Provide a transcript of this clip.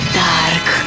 dark